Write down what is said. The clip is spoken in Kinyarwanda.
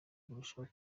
bwarushaho